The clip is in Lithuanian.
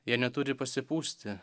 jie neturi pasipūsti